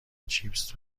چیپس